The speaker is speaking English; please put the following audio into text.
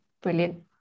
Brilliant